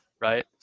right